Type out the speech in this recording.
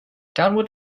downward